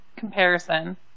comparison